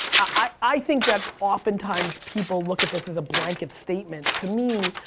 i think that often times, people look at this as a blanket statement. to me,